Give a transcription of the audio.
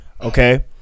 okay